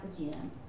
again